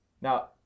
Now